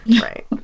Right